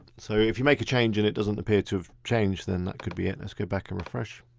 so if you make a change and it doesn't appear to have changed then that could be it. let's go back and refresh.